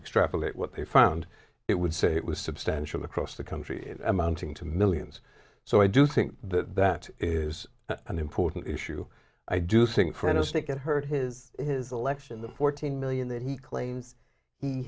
extrapolate what they found it would say it was substantial across the country amounting to millions so i do think that that is an important issue i do synchronistic it hurt his his election the fourteen million that he claims he